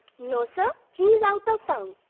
no, sir. he is out of town.